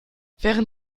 während